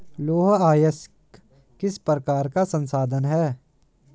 लौह अयस्क किस प्रकार का संसाधन है?